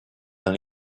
dans